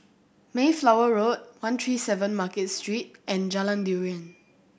Mayflower Road one three seven Market Street and Jalan Durian